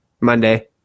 Monday